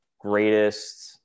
greatest